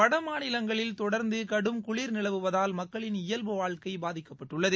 வட மாநிலங்களில் தொடர்ந்து கடும் குளிர் நிலவுவதால் மக்களின் இயல்பு வாழ்க்கை பாதிக்கப்பட்டுள்ளது